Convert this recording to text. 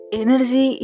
energy